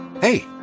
Hey